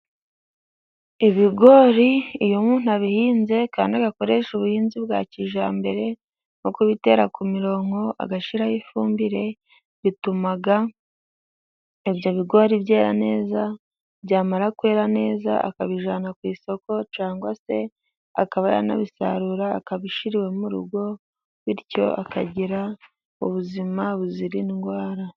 Ibigori iyo umuntu abihinze kandi agakoresha ubuhinzi bwa kijyambere, nko kubitera ku mirongo agashyiraho ifumbire bituma ibyo bigori byera neza, byamara kwera neza akabijyana ku isoko cyangwa se akaba yanabisarura akabishyira iwe mu rugo bityo akagira ubuzima buzira indwara.